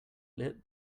light